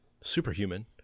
Superhuman